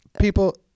people